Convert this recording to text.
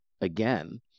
again